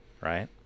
right